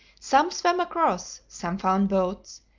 some swam across, some found boats,